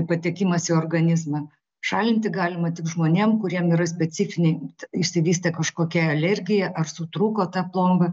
patekimas į organizmą šalinti galima tik žmonėm kuriem yra specifiniai išsivystė kažkokia alergija ar sutrūko ta plomba